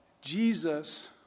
Jesus